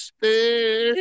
Stay